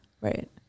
Right